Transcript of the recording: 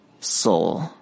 soul